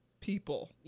people